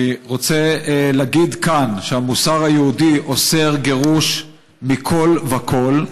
אני רוצה להגיד כאן שהמוסר היהודי אוסר גירוש מכול וכול.